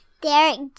Derek